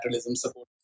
support